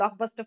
blockbuster